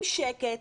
עם שקט,